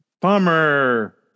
bummer